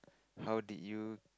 how did you